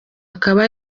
akaba